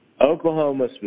Oklahoma